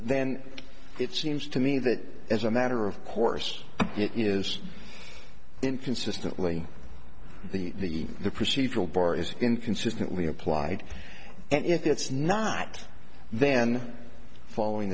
then it seems to me that as a matter of course it is inconsistently the the procedural bar is inconsistently applied and if it's not then following